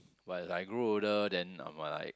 but as I grew older then I'm like